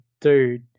dude